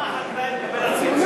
כמה החקלאי מקבל על ביצה?